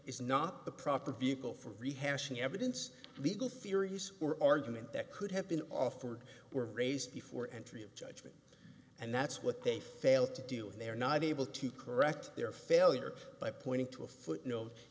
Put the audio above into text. is not the proper vehicle for rehashing evidence biegel theories or argument that could have been offered were raised before entry of john and that's what they fail to do when they are not able to correct their failure by pointing to a footnote